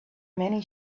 many